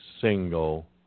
single